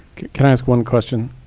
can i ask one question?